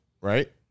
right